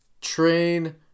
train